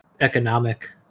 economic